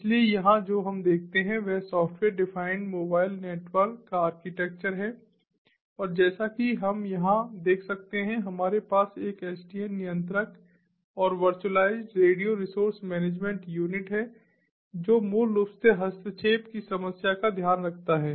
इसलिए यहां जो हम देखते हैं वह सॉफ्टवेयर डिफाइंड मोबाइल नेटवर्क का आर्किटेक्चर है और जैसा कि हम यहां देख सकते हैं हमारे पास एक एसडीएन नियंत्रक और virtualized radio resource management unit है जो मूल रूप से हस्तक्षेप की समस्या का ध्यान रखता है